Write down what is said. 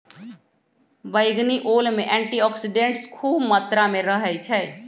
बइगनी ओल में एंटीऑक्सीडेंट्स ख़ुब मत्रा में रहै छइ